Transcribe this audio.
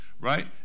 right